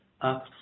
up